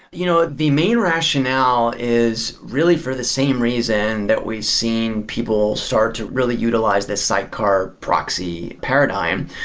you know the main rationale is really for the same reason that we've seen people start to really utilize the sidecar proxy paradigm,